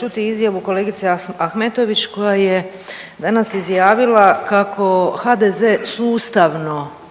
čuti izjavu kolegice Ahmetović koja je danas izjavila kako HDZ sustavno,